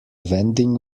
vending